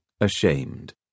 ashamed